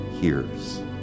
hears